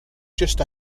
just